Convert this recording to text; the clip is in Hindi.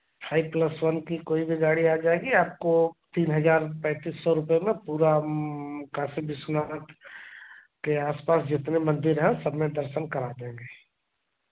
फाइव प्लस वन की कोई भी गाड़ी आ जाएगी आपको तीन हज़ार पैंतीस सौ रुपये में पूरा काशी विश्वनाथ के आस पास जितने मंदिर हैं सब में दर्शन करा देंगे